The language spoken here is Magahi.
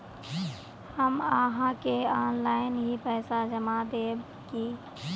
हम आहाँ के ऑनलाइन ही पैसा जमा देब की?